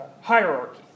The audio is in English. hierarchy